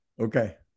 Okay